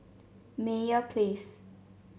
Meyer Place